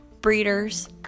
breeders